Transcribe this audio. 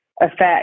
effect